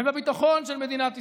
ובביטחון של מדינת ישראל.